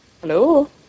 Hello